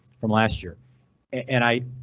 from last year and i.